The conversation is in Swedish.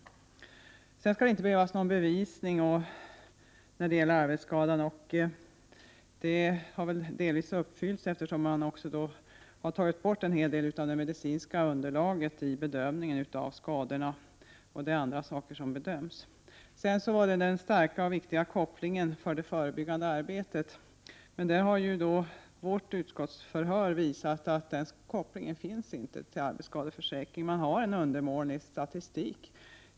Sedan skall det inte krävas någon bevisning när det gäller arbetsskada. Detta har väl delvis uppfyllts, eftersom man har tagit bort en hel del av det medicinska underlaget vid bedömningen av skadorna och det är andra saker som bedöms. Slutligen var det den starka och viktiga kopplingen till det förebyggande arbetet. Vårt utskottsförhör har dock visat att den kopplingen till arbetsskadeförsäkringen inte finns — man har en undermålig statistik.